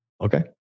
Okay